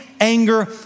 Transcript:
anger